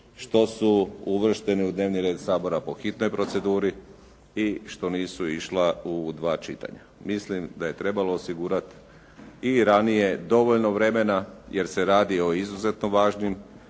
što su uvršteni u dnevni red Sabora po hitnoj proceduri i što nisu išla u dva čitanja. Mislim da je trebalo osigurati i ranije dovoljno vremena jer se radi o izuzetno važnim